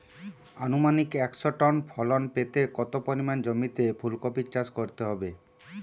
আনুমানিক একশো টন ফলন পেতে কত পরিমাণ জমিতে ফুলকপির চাষ করতে হবে?